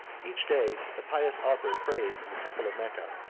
each day the pious author prayed in the temple of mecca,